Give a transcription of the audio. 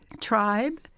tribe